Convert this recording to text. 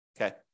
okay